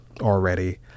already